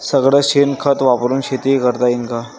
सगळं शेन खत वापरुन शेती करता येईन का?